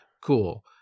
Cool